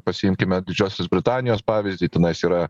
pasiimkime didžiosios britanijos pavyzdį tenais yra